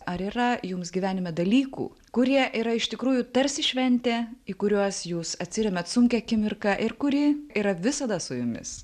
ar yra jums gyvenime dalykų kurie yra iš tikrųjų tarsi šventė į kuriuos jūs atsiremiat sunkią akimirką ir kuri yra visada su jumis